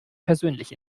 persönlich